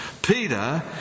Peter